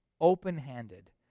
open-handed